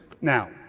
Now